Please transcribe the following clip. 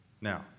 Now